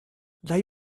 they